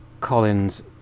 collins